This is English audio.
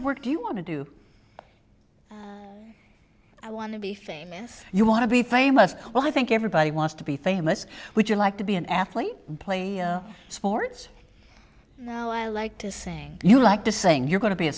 of work you want to do i want to be famous you want to be famous well i think everybody wants to be famous would you like to be an athlete playing sports now i like to sing you like the saying you're going to be a